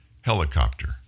helicopter